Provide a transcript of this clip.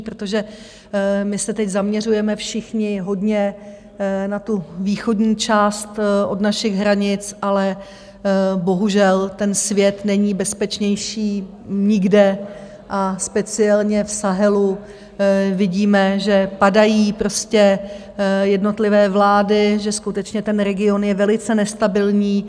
Protože my se teď zaměřujeme všichni hodně na tu východní část od našich hranic, ale bohužel ten svět není bezpečnější nikde a speciálně v Sahelu vidíme, že padají jednotlivé vlády, že skutečně ten region je velice nestabilní.